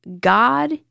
god